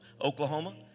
Oklahoma